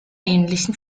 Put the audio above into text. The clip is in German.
ähnlichem